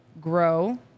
grow